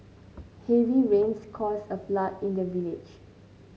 heavy rains caused a flood in the village